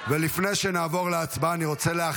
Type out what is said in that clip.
רחל ולאה.